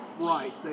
right